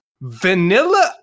Vanilla